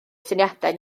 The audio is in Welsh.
syniadau